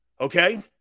Okay